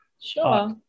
Sure